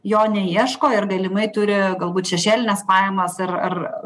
jo neieško ir galimai turi galbūt šešėlines pajamas ar ar